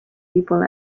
people